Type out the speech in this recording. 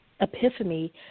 epiphany